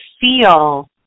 feel